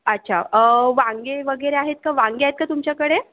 अच्छा वांगे वगैरे आहेत का वांगे आहेत का तुमच्याकडे